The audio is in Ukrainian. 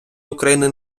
україни